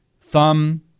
Thumb